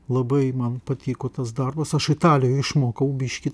labai man patiko tas darbas aš italijoj išmokau biškį